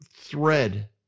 thread